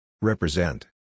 Represent